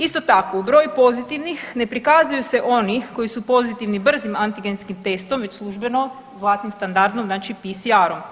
Isto tako, u broju pozitivnih ne prikazuju se oni koji su pozitivni brzim antigenskim testom već službeno, zlatnim standardom, znači PCR-om.